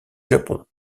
japon